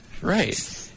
Right